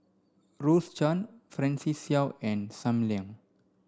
Rose Chan Francis Seow and Sam Leong